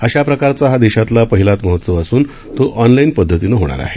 अशाप्रकारचा हा देशातला पहिलाच महोत्सव असून तो ऑनलाईन पदधतीनं होणार आहे